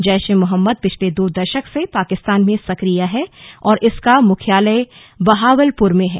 जैश ए मोहम्मद पिछले दो दशक से पाकिस्तान में सक्रिय है और इसका मुख्याल बहावलपुर में है